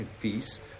peace